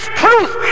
truth